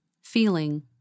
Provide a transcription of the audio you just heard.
feeling